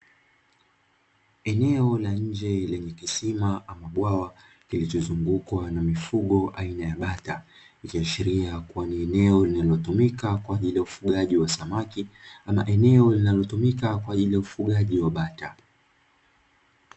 Eneo la nje lenye kisima ama bwawa kilichozungukwa na mifugo aina ya bata, ikiashiria kuwa ni eneo linalotumika kwaajili ya ufugaji wa samaki ama eneo linalotumika kwaajili ya ufugaji wa bata.